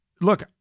look